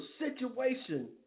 situation